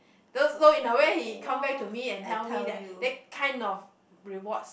so so in a way he come back to me and tell me that take kind of rewards